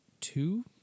two